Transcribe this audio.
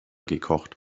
gekocht